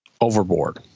overboard